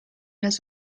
las